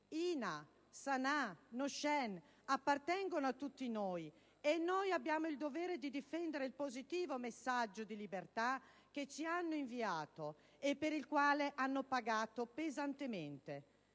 Hina, Sanah e Nosheen appartengono a tutti noi e noi abbiamo il dovere di difendere il positivo messaggio di libertà che ci hanno inviato e per il quale hanno pagato pesantemente.